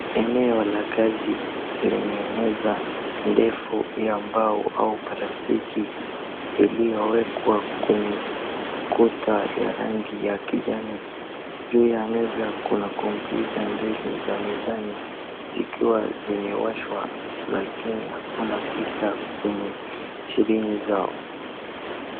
Eneo la kazi lenye meza ndefu ya mbao au plastiki iliyowekwa kwenye kuta ya rangi ya kijani. Juu ya meza kuna kompyuta mbili za mezani zikiwa zimewashwa lakini hakuna picha kwenye skrini zao.